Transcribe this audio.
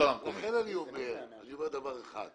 לכן אני אומר דבר אחד.